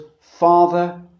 Father